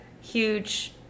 huge